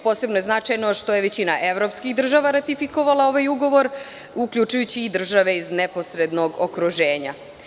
Posebno je značajno što je većina evropskih država ratifikovala ovaj ugovor, uključujući i države iz neposrednog okruženja.